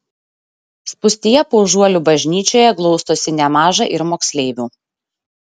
spūstyje paužuolių bažnyčioje glaustosi nemaža ir moksleivių